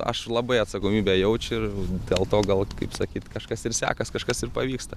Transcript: aš labai atsakomybę jaučiu ir dėl to gal kaip sakyt kažkas ir sekas kažkas ir pavyksta